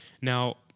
Now